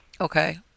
Okay